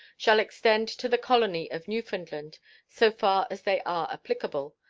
shall extend to the colony of newfoundland so far as they are applicable.